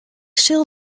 sil